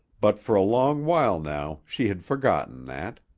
but for a long while now she had forgotten that.